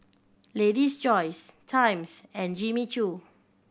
Lady's Choice Times and Jimmy Choo